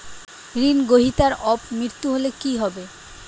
ঋণ গ্রহীতার অপ মৃত্যু হলে কি হবে?